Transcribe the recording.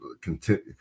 Continue